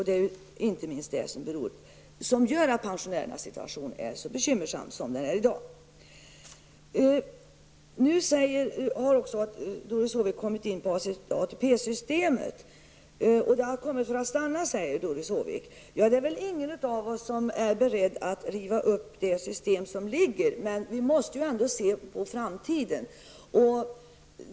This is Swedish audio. Det är inte minst det som gör att pensionärernas situation är så bekymmersam som den är i dag. Doris Håvik kom också in på frågan om ATP systemet. Det har kommit för att stanna, säger Doris Håvik. Det är väl ingen av oss som är beredd att riva upp det system vi har. Men vi måste ju ändå se på framtiden.